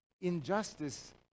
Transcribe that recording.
injustice